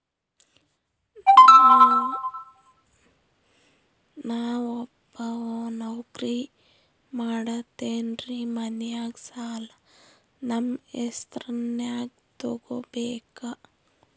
ನಾ ಒಬ್ಬವ ನೌಕ್ರಿ ಮಾಡತೆನ್ರಿ ಮನ್ಯಗ ಸಾಲಾ ನಮ್ ಹೆಸ್ರನ್ಯಾಗ ತೊಗೊಬೇಕ?